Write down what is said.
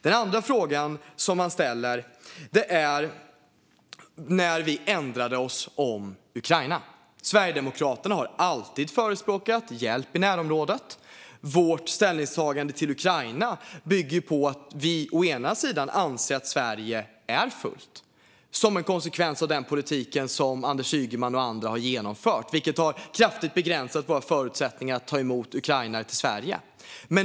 Den andra frågan som han ställer är när vi ändrade oss om Ukraina. Sverigedemokraterna har alltid förespråkat hjälp i närområdet. Vårt ställningstagande till Ukraina bygger å ena sidan på att vi anser att Sverige är fullt som en konsekvens av den politik som Anders Ygeman och andra har genomfört, vilken kraftigt har begränsat våra förutsättningar att ta emot ukrainare i Sverige.